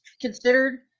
considered